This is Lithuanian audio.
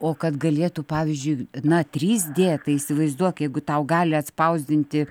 o kad galėtų pavyzdžiui na trys d tai įsivaizduok jeigu tau gali atspausdinti